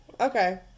Okay